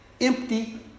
empty